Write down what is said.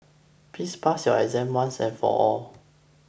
please pass your exam once and for all